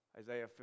Isaiah